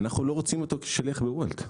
אנחנו לא רוצים אותו כשליח ב-וולט.